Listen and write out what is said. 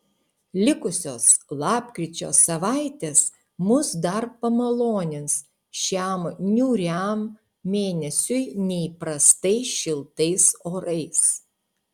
likusios lapkričio savaitės mus dar pamalonins šiam niūriam mėnesiui neįprastai šiltais orais